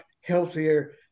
healthier